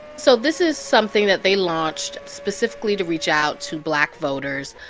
so this is something that they launched specifically to reach out to black voters.